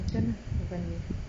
mungkin ah agaknya